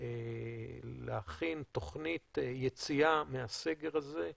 להכין תוכנית יציאה מהסגר הזה,